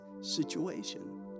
situation